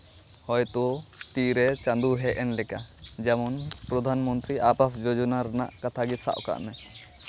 ᱦᱚᱭᱛᱳ ᱛᱤᱨᱮ ᱪᱟᱸᱫᱳ ᱦᱮᱡ ᱮᱱ ᱞᱮᱠᱟ ᱡᱮᱢᱚᱱ ᱯᱨᱚᱫᱷᱟᱱ ᱢᱚᱱᱛᱨᱤ ᱟᱵᱟᱥ ᱡᱳᱡᱚᱱᱟ ᱟᱜ ᱠᱟᱛᱷᱟ ᱜᱮ ᱥᱟᱵ ᱠᱟᱜ ᱢᱮ